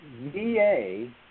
VA